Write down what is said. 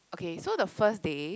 okay so the first day